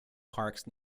parks